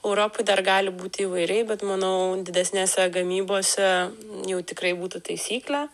europoj dar gali būti įvairiai bet manau didesnėse gamybose jau tikrai būtų taisyklė